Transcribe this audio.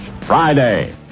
Friday